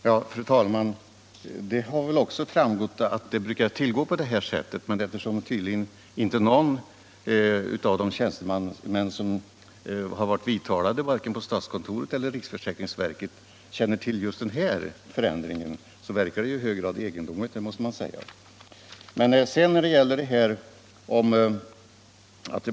Fru talman! Det har framgått att blanketterna brukar fastställas på det sättet. Men eftersom tydligen inte någon av de tjänstemän som varit vidtalade vare sig på statskontoret eller i riksförsäkringsverket känner till just den förändring jag påtalat verkar det i hög grad egendomligt, det måste man säga.